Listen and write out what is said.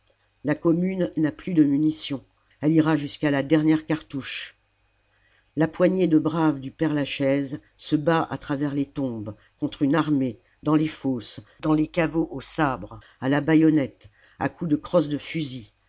la commune n'a plus de munitions elle ira jusqu'à la dernière cartouche la poignée de braves du père-lachaise se bat à travers les tombes contre une armée dans les fosses dans les caveaux au sabre à la baïonnette à coups de crosse de fusil